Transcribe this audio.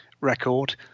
record